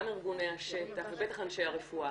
גם ארגוני השטח ובטח אנשי הרפואה,